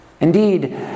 Indeed